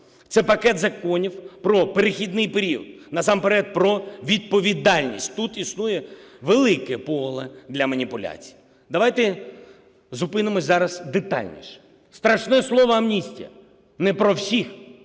Це пакет законів про перехідний період, насамперед – про відповідальність. Тут існує велике поле для маніпуляцій, давайте зупинимось зараз детальніше. Страшне слово "амністія" – не про всіх